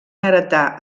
heretar